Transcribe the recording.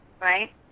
right